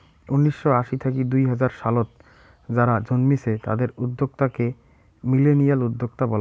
উনিসশো আশি থাকি দুই হাজার সালত যারা জন্মেছে তাদের উদ্যোক্তা কে মিলেনিয়াল উদ্যোক্তা বলাঙ্গ